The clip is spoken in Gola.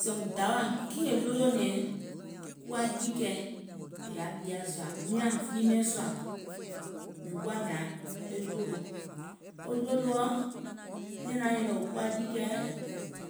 Sèèùm dawà, kiìŋ è ɗolònɛ̀ɛŋ kuwa jiikɛ̀ɛ è yaà ɓieɛ̀ sùà, miàŋ jii miɛ̀ŋ sùà, mìŋ woà mìȧŋ e ɗòlo. Wo ɗòloɔ̀, nɛ̀ɛ̀ŋ naŋ nyɛ̀nɛ̀ŋ kuwa jiikɛ̀ɛ,